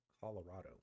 Colorado